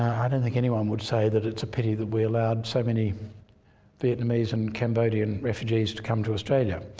i don't think anyone would say that it's a pity that we allowed so many vietnamese and cambodian refugees to come to australia.